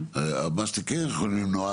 מה שאתם כן יכולים למנוע,